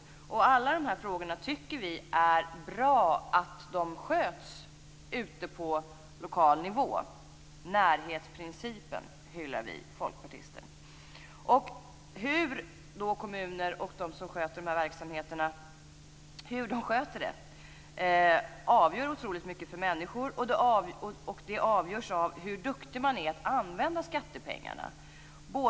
Vi tycker att det är bra att alla de här frågorna sköts ute på lokal nivå. Närhetsprincipen hyllar vi folkpartister. Hur kommunerna och andra som sköter de här verksamheterna gör det avgör otroligt mycket för människor. Avgörande är hur duktig man är när det gäller att använda skattepengarna.